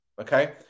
Okay